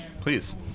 Please